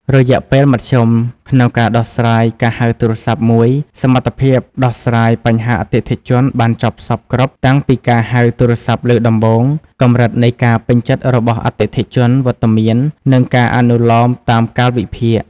រយៈពេលមធ្យមក្នុងការដោះស្រាយការហៅទូរស័ព្ទមួយ សមត្ថភាពដោះស្រាយបញ្ហាអតិថិជនបានចប់សព្វគ្រប់តាំងពីការហៅទូរស័ព្ទលើកដំបូង កម្រិតនៃការពេញចិត្តរបស់អតិថិជន វត្តមាន និងការអនុលោមតាមកាលវិភាគ។